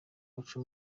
baca